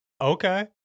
Okay